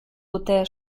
dute